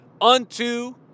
unto